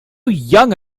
young